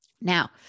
Now